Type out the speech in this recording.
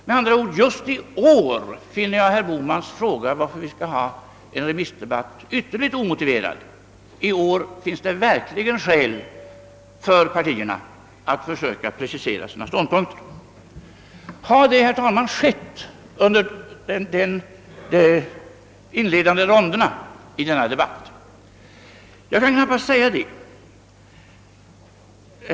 Med andra ord, just i år finner jag herr Bohmans fråga varför vi skall ha en remissdebatt omotiverad, ty i år finns det verkligen skäl för partierna att söka precisera sina ståndpunkter. Har det skett under de inledande ronderna i denna debatt? Jag kan knappast säga det.